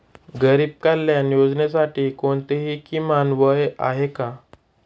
गरीब कल्याण योजनेसाठी कोणतेही किमान वय आहे का?